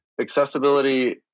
accessibility